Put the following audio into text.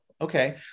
okay